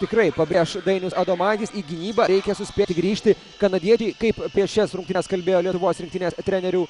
tikrai pabrėš dainius adomaitis į gynybą reikia suspėti grįžti kanadiečiai kaip prieš šias rungtynes kalbėjo lietuvos rinktinės trenerių